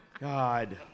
God